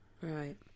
Right